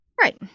Right